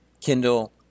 Kindle